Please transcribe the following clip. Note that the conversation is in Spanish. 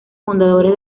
fundadores